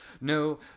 No